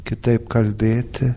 kitaip kalbėti